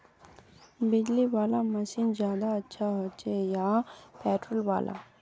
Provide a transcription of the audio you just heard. बिजली वाला मशीन ज्यादा अच्छा होचे या पेट्रोल वाला?